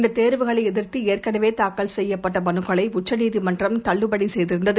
இந்ததேர்வுகளைஎதிர்த்துஏற்கனவேதாக்கல்செய்யப்பட்டமனுக்களைஉச்சநீதிமன்ற ம்தள்ளுபடிசெய்திருந்தது